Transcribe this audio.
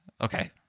Okay